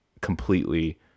completely